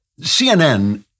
CNN